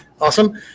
Awesome